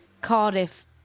Cardiff